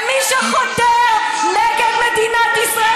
ומי שחותר נגד מדינת ישראל,